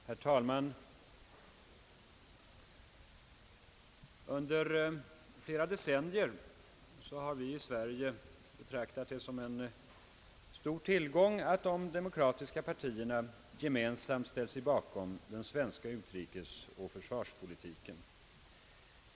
Herr talman! Under flera decennier har vi i Sverige betraktat det som en stor tillgång att de demokratiska partierna gemensamt ställt sig bakom den svenska utrikes-. och försvarspolitiken.